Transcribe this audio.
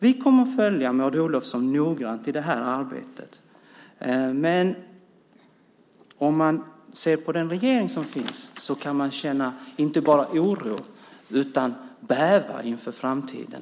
Vi kommer att följa Maud Olofsson noggrant i det här arbetet, men om man ser på den regering som finns kan man känna inte bara oro utan också bävan inför framtiden.